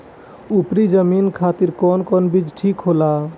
उपरी जमीन खातिर कौन बीज ठीक होला?